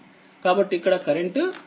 కాబట్టిఇక్కడ కరెంట్ ప్రవహించడం లేదు